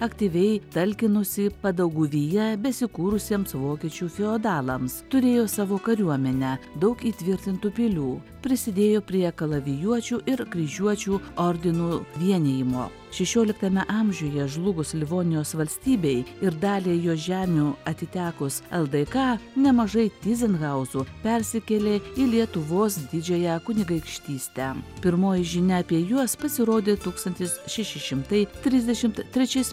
aktyviai talkinusi padauguvyje besikūrusiems vokiečių feodalams turėjo savo kariuomenę daug įtvirtintų pilių prisidėjo prie kalavijuočių ir kryžiuočių ordinų vienijimo šešioliktame amžiuje žlugus livonijos valstybei ir daliai jos žemių atitekus ldk nemažai tyzenhauzų persikėlė į lietuvos didžiąją kunigaikštystę pirmoji žinia apie juos pasirodė tūkstantis šeši šimtai trisdešimt trečiais